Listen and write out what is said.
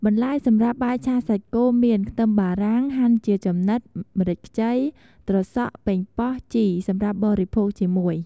បន្លែសម្រាប់បាយឆាសាច់គោមាន ខ្ទឹមបារាំង ហាន់ជាចំណិត ម្រេចខ្ចី ត្រសក់ ប៉េងប៉ោះ ជីរ (សម្រាប់បរិភោគជាមួយ)។